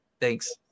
thanks